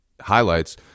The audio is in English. highlights